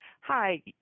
Hi